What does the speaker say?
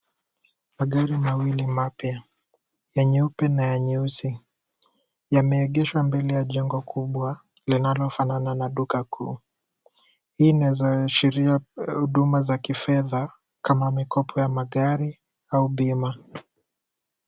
Magari mawili mapya ya nyeupe na ya nyeusi yameegeshwa mbele ya jengo kubwa linalofanana na duka kuu. Hii inaweza ashiria huduma za kifedha kama mikopo ya magari au bima.